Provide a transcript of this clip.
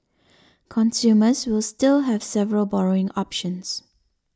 consumers will still have several borrowing options